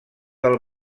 del